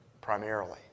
primarily